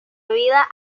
vida